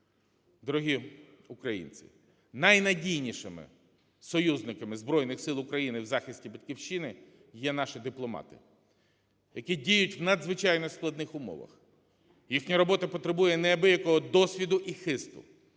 Дорогі українці! Найнадійнішими союзниками Збройних Сил України в захисті Батьківщини є наші дипломати, які діють в надзвичайно складних умовах. Їхня робота потребує неабиякого досвіду і хисту.